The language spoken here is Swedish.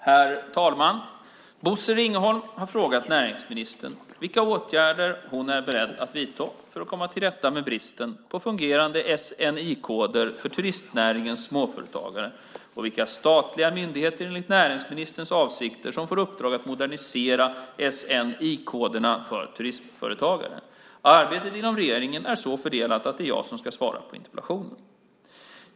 Herr talman! Bosse Ringholm har frågat näringsministern vilka åtgärder hon är beredd att vidta för att komma till rätta med bristen på fungerande SNI-koder för turistnäringens småföretagare och vilka statliga myndigheter, enligt näringsministerns avsikter, som får uppdraget att modernisera SNI-koderna för turismföretagare. Arbetet inom regeringen är så fördelat att det är jag som ska svara på interpellationen.